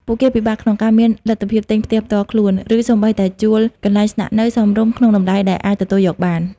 ពួកគេពិបាកក្នុងការមានលទ្ធភាពទិញផ្ទះផ្ទាល់ខ្លួន ឬសូម្បីតែជួលកន្លែងស្នាក់នៅសមរម្យក្នុងតម្លៃដែលអាចទទួលយកបាន។